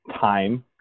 time